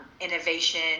innovation